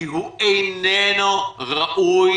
כי הוא איננו ראוי,